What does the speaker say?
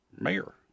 mayor